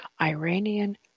Iranian